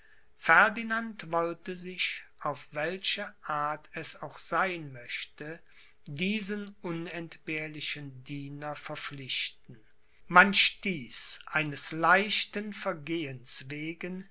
ferdinand wollte sich auf welche art es auch sein möchte diesen unentbehrlichen diener verpflichten man stieß eines leichten vergehens wegen